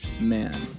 Man